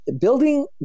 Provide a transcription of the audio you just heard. building